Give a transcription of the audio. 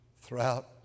throughout